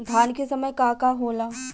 धान के समय का का होला?